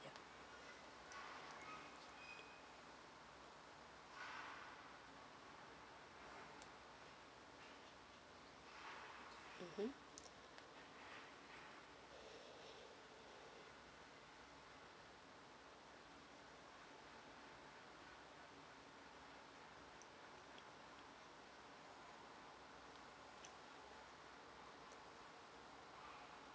mm uh